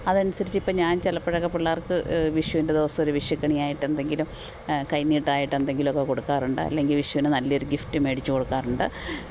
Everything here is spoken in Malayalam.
അതനുസരിച്ചിപ്പോള് ഞാന് ചെലപ്പോഴൊക്കെ പിള്ളാര്ക്ക് വിഷിവിന്റെ ദിവസമൊരു വിഷുക്കണിയായിട്ടെന്തെങ്കിലും കൈനീട്ടമായിട്ടെന്തെങ്കിലുമൊക്കെ കൊടുക്കാറുണ്ട് അല്ലെങ്കില് വിഷുവിന് നല്ലെയൊരു ഗിഫ്റ്റ് മേടിച്ച് കൊടുക്കാറുണ്ട്